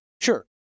Sure